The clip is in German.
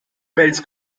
wales